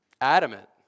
adamant